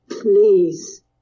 Please